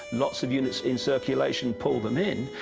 lots of units in circulation pull them in,